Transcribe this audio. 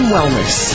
Wellness